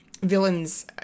villains